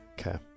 Okay